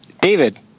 David